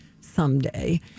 someday